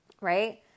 right